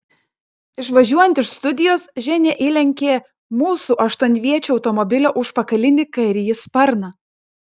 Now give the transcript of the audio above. išvažiuojant iš studijos ženia įlenkė mūsų aštuonviečio automobilio užpakalinį kairįjį sparną